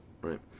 right